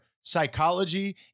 psychology